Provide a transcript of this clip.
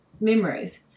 memories